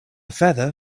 feather